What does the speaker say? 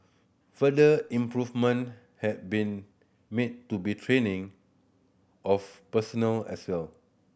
further improvement have been made to be training of personnel as well